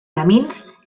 camins